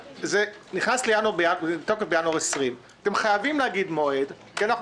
נכנס לתוקף בינואר 2020. אתם חייבים להגיד מועד כי אנחנו